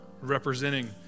representing